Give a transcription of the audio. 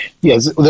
Yes